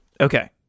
Okay